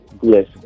yes